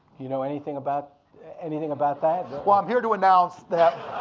you know anything about anything about that? well, i'm here to announce that.